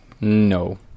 No